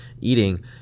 eating